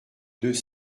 deux